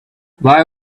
why